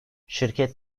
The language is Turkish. şirket